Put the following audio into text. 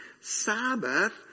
sabbath